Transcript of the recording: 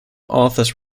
authors